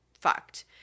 fucked